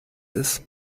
ist